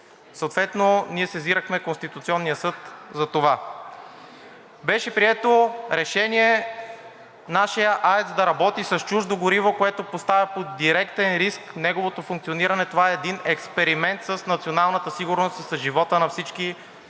съответно ние сезирахме Конституционния съд за това. Беше прието решение нашият АЕЦ да работи с чуждо гориво, което поставя под директен риск неговото функциониране, това е един експеримент с националната сигурност и с живота на всички